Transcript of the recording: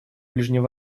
ближнем